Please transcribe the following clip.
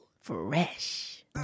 Fresh